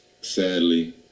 sadly